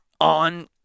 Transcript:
on